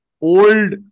old